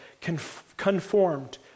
conformed